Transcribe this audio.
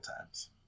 times